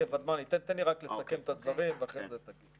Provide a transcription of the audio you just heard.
ודמני, תן לי רק לסכם את הדברים, ואחרי זה תגיב.